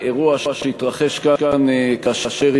אדוני היושב-ראש, כבוד השרים,